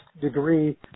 degree